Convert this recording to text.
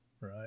right